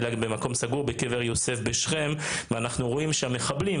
אלא במקום סגור בקבר יוסף בשכם ואנחנו רואים שהמחבלים,